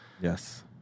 Yes